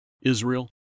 Israel